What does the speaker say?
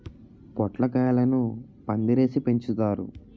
పొట్లకాయలను పందిరేసి పెంచుతారు